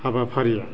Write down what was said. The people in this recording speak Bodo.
हाबाफारि